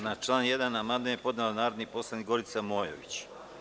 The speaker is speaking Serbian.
Na član 1. amandman je podnela narodni poslanik Gorica Mojović.